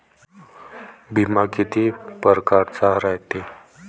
बिमा कितीक परकारचा रायते?